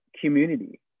community